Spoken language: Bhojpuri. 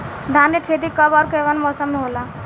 धान क खेती कब ओर कवना मौसम में होला?